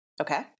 Okay